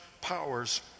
powers